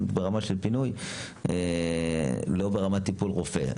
ברמת הפינוי ולא ברמת טיפול רופא.